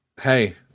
Hey